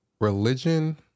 religion